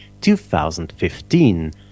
2015